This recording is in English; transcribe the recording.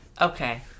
Okay